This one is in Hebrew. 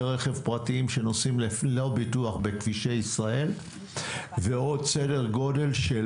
רכב פרטיים שנוסעים ללא ביטוח בכבישי ישראל ועוד סדר גודל של